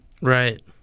Right